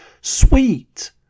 Sweet